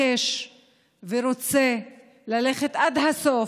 הוא מתעקש ורוצה ללכת עד הסוף,